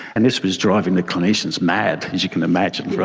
and this was driving the clinicians mad, as you can imagine.